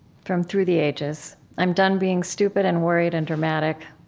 from through the ages i'm done being stupid and worried and dramatic.